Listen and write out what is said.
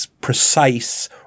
precise